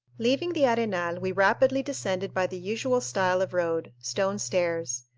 leaving the arenal, we rapidly descended by the usual style of road stone stairs.